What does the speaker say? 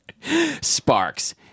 Sparks